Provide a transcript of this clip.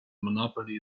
monopoly